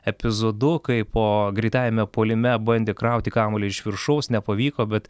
epizodu kai po greitajame puolime bandė krauti kamuolį iš viršaus nepavyko bet